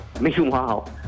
Meanwhile